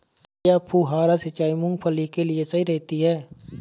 क्या फुहारा सिंचाई मूंगफली के लिए सही रहती है?